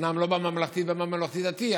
אומנם לא בממלכתי ובממלכתי-דתי,